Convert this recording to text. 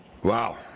Wow